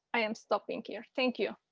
i am stopping here. thank you.